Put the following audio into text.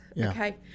okay